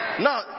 Now